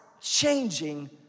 changing